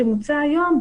שנמצא היום,